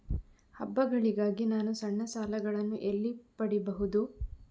ಹಬ್ಬಗಳಿಗಾಗಿ ನಾನು ಸಣ್ಣ ಸಾಲಗಳನ್ನು ಎಲ್ಲಿ ಪಡಿಬಹುದು?